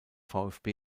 vfb